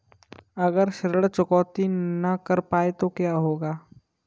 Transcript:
अगर ऋण चुकौती न कर पाए तो क्या होगा?